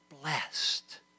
blessed